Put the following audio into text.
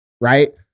right